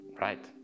Right